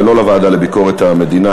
ולא לוועדה לביקורת המדינה,